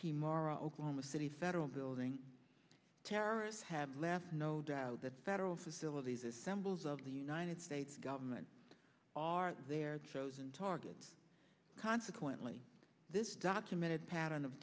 are oklahoma city federal building terrorists have left no doubt that federal facilities assembles of the united states government are their chosen targets consequently this documented pattern of